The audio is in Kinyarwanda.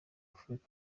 afurika